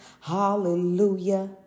Hallelujah